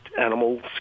animals